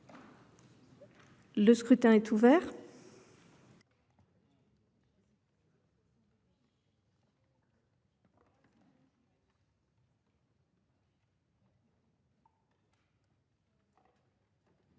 Le scrutin est ouvert.